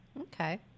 Okay